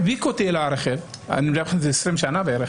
הדביק אותי לרכב זה היה לפני 20 שנה בערך